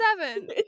Seven